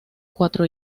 cuatro